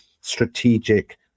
strategic